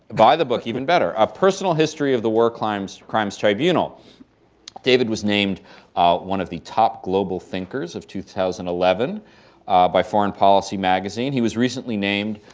buy the book even better a personal history of the war crimes crimes tribunal. david was named one of the top global thinkers of two thousand and eleven by foreign policy magazine. he was recently named